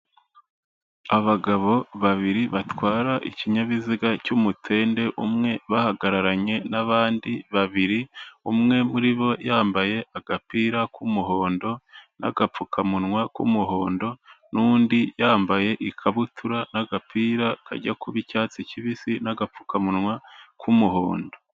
Abagabo babiri batwara ikinyabiziga cy'umutende umwe, bahagararanye n'abandi babiri, umwe muri bo yambaye agapira k'umuhondo n'agapfukamunwa k'umuhondo, n'undi yambaye ikabutura n'agapira kajya kuba icyatsi kibisi n'agapfukamunwa k'umuhondo.